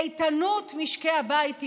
איתנות משקי הבית תיפגע.